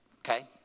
Okay